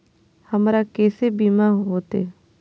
हमरा केसे बीमा होते?